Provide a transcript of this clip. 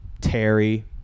Terry –